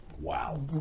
wow